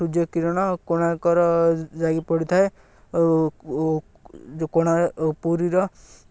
ସୂର୍ଯ୍ୟ କିରଣ କୋଣାର୍କର ଯାଇକି ପଡ଼ିଥାଏ ଓ ପୁରୀର